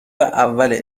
اول